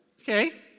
Okay